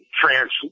trans